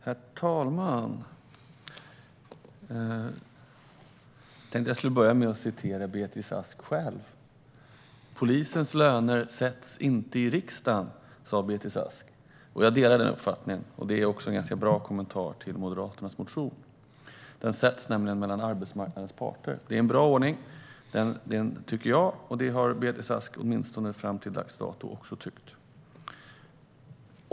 Herr talman! Jag tänkte att jag skulle börja med att återge vad Beatrice Ask själv har sagt: Polisens löner sätts inte i riksdagen. Jag delar den uppfattningen, och det är också en ganska bra kommentar till Moderaternas motion. Lönerna sätts nämligen av arbetsmarknadens parter. Det är en bra ordning, tycker jag, och det har också Beatrice Ask åtminstone fram till dags dato tyckt.